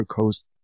coast